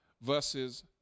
verses